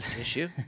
issue